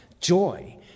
joy